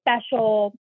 special